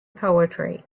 poetry